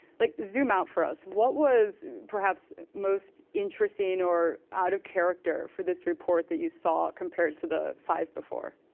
like zoom out for us. what was perhaps most interesting or out of character for this report that you saw compared to the five before?